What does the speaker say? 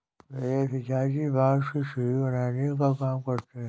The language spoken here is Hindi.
मेरे पिताजी बांस से सीढ़ी बनाने का काम करते हैं